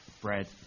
Bread